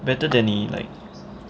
better than 你 like